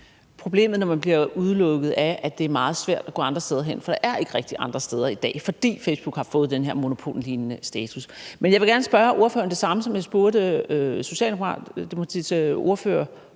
Problemet ved at blive udelukket er, at det er meget svært at gå andre steder hen, for der er ikke rigtig andre steder i dag, fordi Facebook har fået den her monopollignende status. Jeg vil gerne spørge ordføreren om det samme, som jeg spurgte Socialdemokratiets ordfører